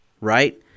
right